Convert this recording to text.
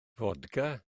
fodca